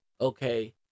Okay